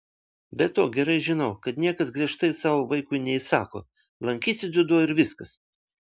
be to gerai žinau kad niekas griežtai savo vaikui neįsako lankysi dziudo ir viskas